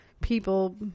people